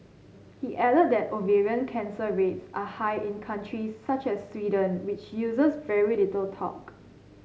he added that ovarian cancer rates are high in countries such as Sweden which uses very little talc